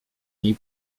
niej